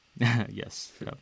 Yes